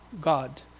God